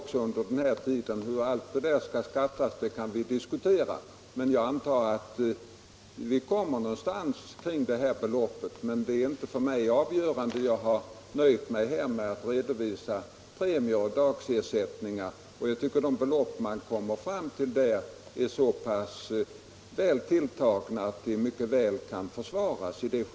Hur allt detta skall värderas kan vi diskutera, men jag antar att vi kommer till att det motsvarar ungefär 5 000 kr. i månaden. Men det är inte avgörande för mig. Jag har nöjt mig med att här redovisa premier och dagsersättningar. Jag tycker de beloppen är så väl tilltagna att de mycket väl kan försvaras.